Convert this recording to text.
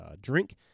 drink